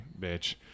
bitch